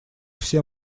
все